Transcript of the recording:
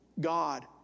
God